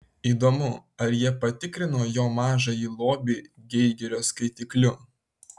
įdomu ar jie patikrino jo mažąjį lobį geigerio skaitikliu